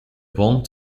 wond